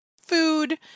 food